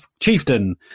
chieftain